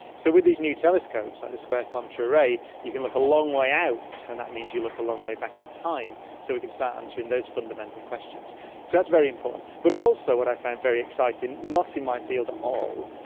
so with these new telescopes, like the square kilometre array, you can look a long way out, and that means you look a long way back in time, so we can start answering those fundamental questions. so that's very important. but also what i found very exciting, not in my field at all,